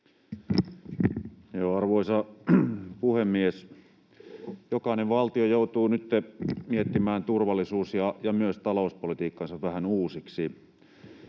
Arvoisa puhemies! Jokainen valtio joutuu nytten miettimään turvallisuus- ja myös talouspolitiikkansa vähän uusiksi.